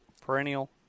perennial